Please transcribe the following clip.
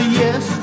yes